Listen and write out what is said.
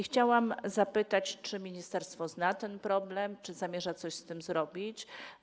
Chciałabym zapytać, czy ministerstwo zna ten problem, czy zamierza coś z tym zrobić.